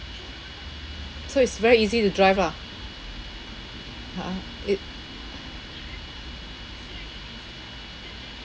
so it's very easy to drive lah ha ah it